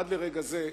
עד לרגע זה,